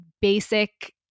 basic